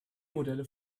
modelle